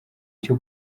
cyo